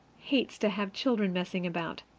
hates to have children messing about.